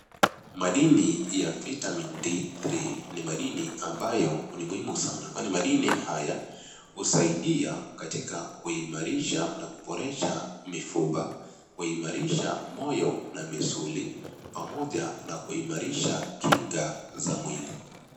Madini ya Vitamin D3 ni madini ambayo ni muhimu sana kwani madini haya husaidia katika kuimarisha na kuboresha mifupa, kuimarisha moyo na misuli pamoja na kuimarisha kinga za mwili.